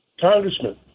Congressman